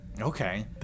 Okay